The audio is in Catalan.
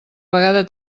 vegada